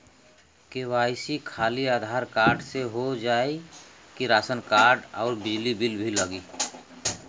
KYC खाली Aadhaar card से हो जाए कि राशन कार्ड अउर बिजली बिल भी लगी?